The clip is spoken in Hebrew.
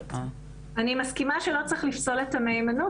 אני מסכימה שלא צריך לפסול את המהימנות.